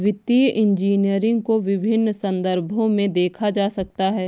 वित्तीय इंजीनियरिंग को विभिन्न संदर्भों में देखा जा सकता है